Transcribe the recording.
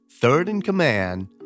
third-in-command